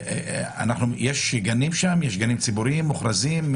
יש גנים ציבוריים מוכרזים?